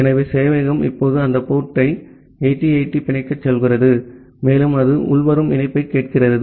ஆகவே சேவையகம் இப்போது அந்த போர்ட் டை 8080 பிணைக்கச் சொல்கிறது மேலும் அது உள்வரும் இணைப்பைக் கேட்கிறது